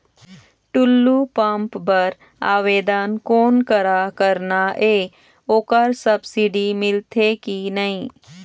Tullu pump बर आवेदन कोन करा करना ये ओकर सब्सिडी मिलथे की नई?